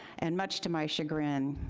and much to my chagrin,